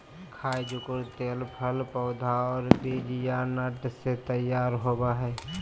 खाय जुकुर तेल फल पौधा और बीज या नट से तैयार होबय हइ